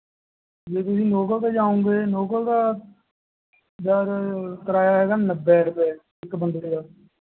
ਜੇ ਤੁਸੀਂ ਲੋਕਲ 'ਤੇ ਜਾਵੋਂਗੇ ਲੋਕਲ ਦਾ ਜਦ ਕਿਰਾਇਆ ਹੈਗਾ ਨੱਬੇ ਰੁਪਏ ਇੱਕ ਬੰਦੇ ਦਾ